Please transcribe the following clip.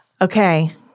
Okay